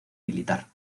militar